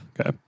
Okay